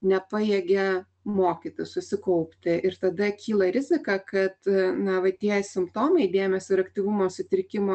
nepajėgia mokytis susikaupti ir tada kyla rizika kad na va tie simptomai dėmesio ir aktyvumo sutrikimo